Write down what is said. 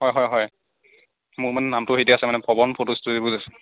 হয় হয় হয় মোৰ মানে নামটোৰ সৈতে আছে মানে ভৱন ফটো ষ্টুডিঅ' বুলি আছে